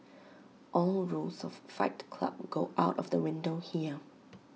all rules of fight club go out of the window here